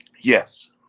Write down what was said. yes